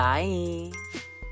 Bye